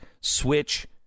Switch